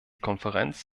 konferenz